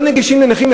לא נגישים לנכים?